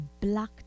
black